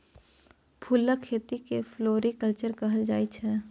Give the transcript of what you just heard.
फुलक खेती केँ फ्लोरीकल्चर कहल जाइ छै